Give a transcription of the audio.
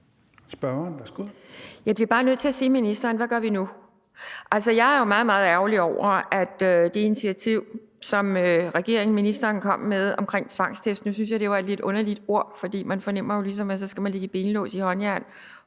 Jeg bliver bare nødt til at spørge ministeren: Hvad gør vi nu? Altså, jeg er jo meget, meget ærgerlig over, at det initiativ, som regeringen og sundhedsministeren kom med om tvangstest, blev afvist. Nu synes jeg, at det var et lidt underligt ord, for man fornemmer jo ligesom, at så skal folk lægges i benlås og håndjern